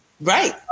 Right